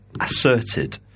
asserted